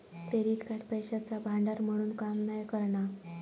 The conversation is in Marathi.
क्रेडिट कार्ड पैशाचा भांडार म्हणून काम नाय करणा